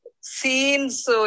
scenes